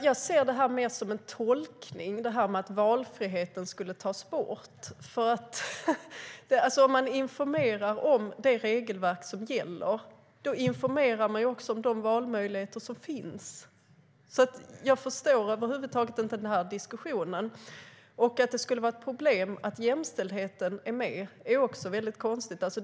Herr talman! Att valfriheten skulle tas bort är en fråga om tolkning. Om man informerar om det regelverk som gäller informerar man också om de valmöjligheter som finns. Jag förstår över huvud taget inte diskussionen. Det är också konstigt att det skulle vara ett problem att frågan om jämställdhet tas med.